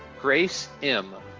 grace im,